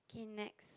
okay next